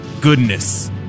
goodness